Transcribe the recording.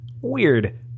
Weird